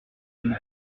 venu